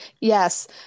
Yes